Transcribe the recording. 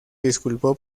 disculpó